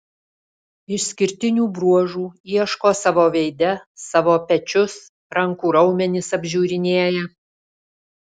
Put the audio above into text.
išskirtinių bruožų ieško savo veide savo pečius rankų raumenis apžiūrinėja